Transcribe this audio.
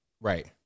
Right